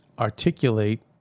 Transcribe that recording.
Articulate